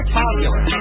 popular